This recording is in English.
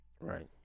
Right